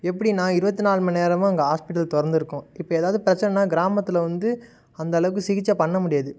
எப்படின்னா இருபத்தி நாலு மணிநேரமும் அங்கே ஹாஸ்பிட்டல் திறந்துருக்கும் இப்போ ஏதாவது பிரச்சனைனா கிராமத்தில் வந்து அந்தளவுக்கு சிகிச்சை பண்ண முடியாது